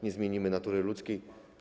Nie zmienimy natury ludzkiej.